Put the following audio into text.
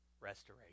restoration